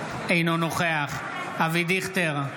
אינו נוכח אבי דיכטר,